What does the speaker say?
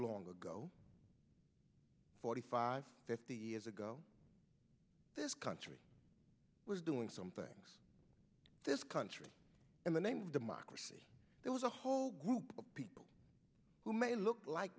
long ago forty five fifty years ago this country was doing some things this country in the name of democracy there was a whole group of people who may look like